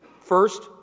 First